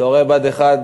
צוערי בה"ד 1,